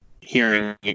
hearing